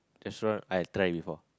restaurant I try before